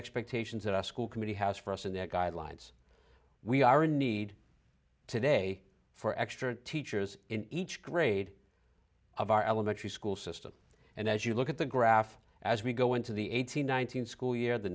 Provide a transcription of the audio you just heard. expectations that our school committee has for us in their guidelines we are in need today for extra teachers in each grade of our elementary school system and as you look at the graph as we go into the eight hundred nine hundred school year the